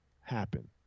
happen